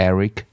Eric